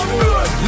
good